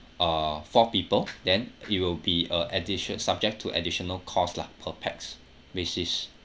uh four people then it will be a addition~ subject to additional cost lah per pax basis